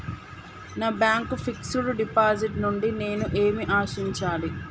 నా bank fixed deposit నుండి నేను ఏమి ఆశించాలి?